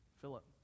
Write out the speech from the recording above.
Philip